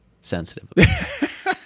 sensitive